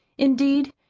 indeed,